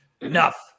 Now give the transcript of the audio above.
Enough